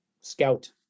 scout